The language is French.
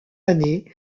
année